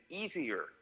easier